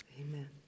Amen